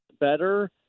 better